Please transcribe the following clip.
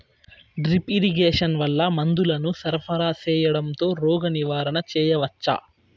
Drip irrigation వల్ల మందులను సరఫరా సేయడం తో రోగ నివారణ చేయవచ్చా?